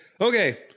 Okay